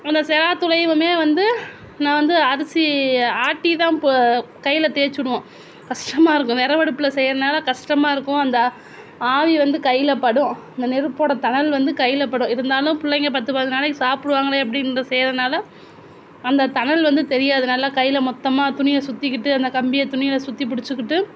அந்த சிராத்தூளையுமே வந்து நான் வந்து அரிசி ஆட்டி தான் போ கையில் தேய்ச்சிவிடுவோம் கஷ்டமாக இருக்கும் விறவு அடுப்பில் செய்யறதுனால கஷ்டமாக இருக்கும் அந்த ஆவி வந்து கையிலப்படும் அந்த நெருப்போட தணல் வந்து கையிலப்படும் இருந்தாலும் பிள்ளைங்க பத்து பதினஞ்சு நாளைக்கு சாப்பிடுவாங்களே அப்படின்னு செய்யறதுனால அந்த தணல் வந்து தெரியாது நல்லா கையில் மொத்தமாக துணியை சுற்றிக்கிட்டு அந்த கம்பியை துணியில சுற்றி பிடிச்சிக்கிட்டு